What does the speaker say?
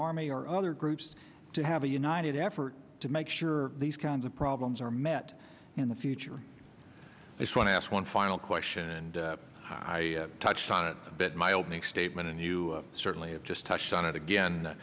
army or other groups to have a united effort to make sure these kinds of problems are met in the future is one ask one final question and i touched on it a bit my opening statement and you certainly have just touched on it again